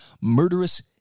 murderous